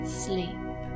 sleep